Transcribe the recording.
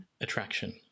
attraction